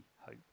hope